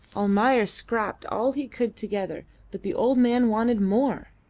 almayer scraped all he could together, but the old man wanted more.